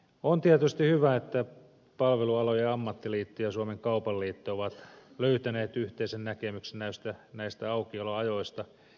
on tietysti hyvä että palvelualojen ammattiliitto ja suomen kaupan liitto ovat löytäneet yhteisen näkemyksen näistä aukioloajoista